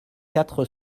quatre